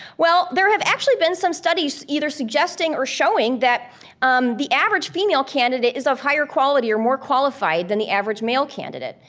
well, there have actually been some studies either suggesting or showing that um the average female candidate is of higher quality or more qualified than the average male candidate.